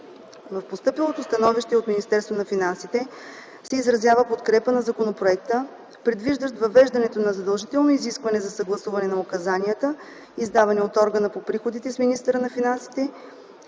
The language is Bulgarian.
В постъпилото становище от Министерството на финансите се изразява подкрепа на законопроекта, предвиждащ въвеждането на задължително изискване за съгласуване на указанията, издавани от органа по приходите, с министъра на финансите,